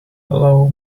hello